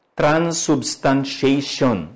transubstantiation